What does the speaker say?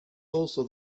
also